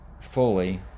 fully